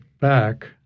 back